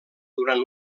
durant